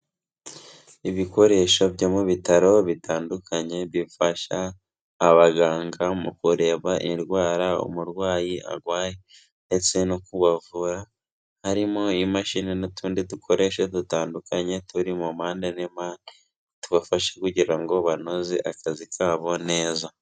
Ibikoresho byo mu bitaro bitandukanye bifasha abaganga mu kureba indwara umurwayi arwaye ndetse no kubavura harimo imashini n'utundi dukoresho dutandukanye turi mu mpande n’impande tubafasha kugira ngo banoze akazi kabo neza.